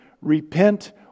repent